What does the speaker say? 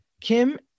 Kim